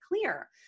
clear